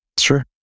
Sure